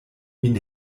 min